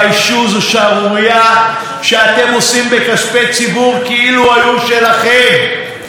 ראש הממשלה ומנהלו דאז נותנים מתנות על חשבון הציבור.